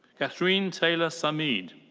kathryne taylor samide.